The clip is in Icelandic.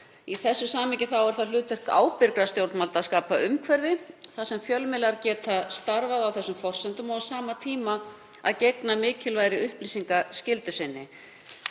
Í þessu samhengi er það hlutverk ábyrgra stjórnvalda að skapa umhverfi þar sem fjölmiðlar geta starfað á þessum forsendum og á sama tíma gegnt mikilvægri upplýsingaskyldu sinni.